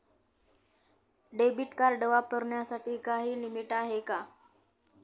Debit card वापरण्यासाठी काही limit आहे का?